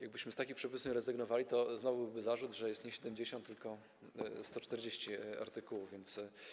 Jakbyśmy z takich przepisów nie rezygnowali, to znowu byłby zarzut, że jest nie 70, tylko 140 artykułów, więc.